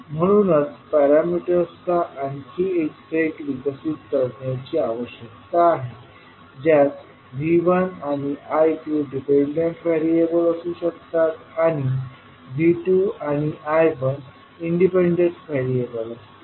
म्हणूनच पॅरामीटर्सचा आणखी एक सेट विकसित करण्याची आवश्यकता आहे ज्यात V1आणि I2डिपेंडंट व्हेरिएबल असू शकतात आणि V2आणि I1 इंडिपेंडेंट व्हेरिएबल असतील